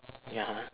ya